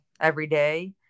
everyday